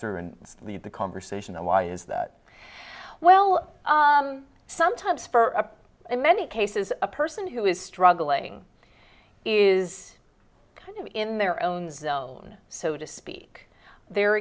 through and leave the conversation then why is that well sometimes for a in many cases a person who is struggling is kind of in their own zone so to speak the